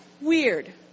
weird